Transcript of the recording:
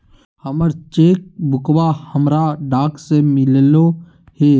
हमर चेक बुकवा हमरा डाक से मिललो हे